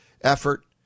effort